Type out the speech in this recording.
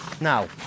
Now